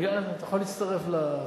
תוכל להצטרף ל-session.